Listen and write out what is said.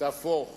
תהפוך